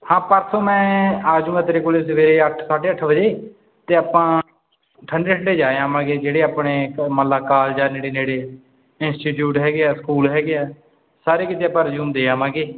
ਹਾਂ ਪਰਸੋਂ ਮੈਂ ਆ ਜੂੰਗਾ ਤੇਰੇ ਕੋਲ ਸਵੇਰੇ ਅੱਠ ਸਾਢੇ ਅੱਠ ਵਜੇ ਅਤੇ ਆਪਾਂ ਠੰਡੇ ਠੰਡੇ ਜਾ ਆਵਾਂਗੇ ਜਿਹੜੇ ਆਪਣੇ ਮਤਲਬ ਕਾਲਜ ਆ ਨੇੜੇ ਨੇੜੇ ਇੰਸਟੀਟਿਊਟ ਹੈਗੇ ਆ ਸਕੂਲ ਹੈਗੇ ਆ ਸਾਰੇ ਕਿਤੇ ਆਪਾਂ ਰਿਜਿਊਮ ਦੇ ਆਵਾਂਗੇ